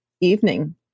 evening